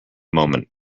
moment